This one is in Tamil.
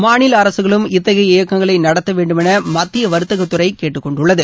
மாநில அரசுகளும் இத்தகைய இயக்கங்களை நடத்த வேண்டுமௌ மத்திய வர்த்தகத்துறை கேட்டுக்கொண்டுள்ளது